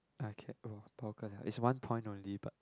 okay oh bao ka liao it's only one point only but